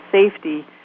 safety